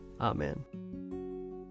Amen